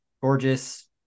gorgeous